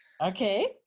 Okay